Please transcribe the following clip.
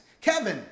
Kevin